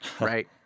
right